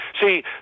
see